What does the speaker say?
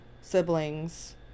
siblings